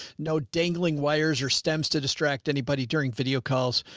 no dangling wires or stems to distract anybody during video calls,